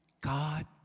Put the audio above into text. God